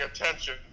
attention